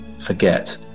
forget